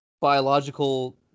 biological